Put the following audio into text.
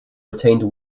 retained